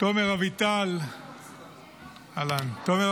תומר אביטל נאם --- סליחה,